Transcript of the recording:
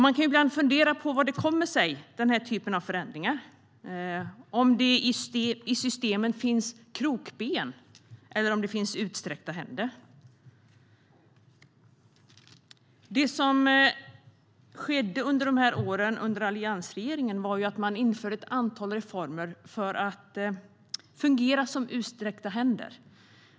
Man kan ibland fundera över vad sådana förändringar kommer sig av. Finns det krokben i systemen, eller finns det utsträckta händer? Det som skedde under alliansregeringens år var att man införde ett antal reformer som skulle fungera som utsträckta händer.